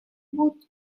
بود